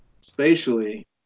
spatially